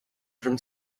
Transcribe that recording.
from